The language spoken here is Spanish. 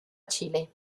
chile